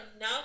now